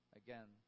again